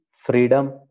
freedom